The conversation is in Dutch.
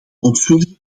onschuldige